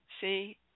see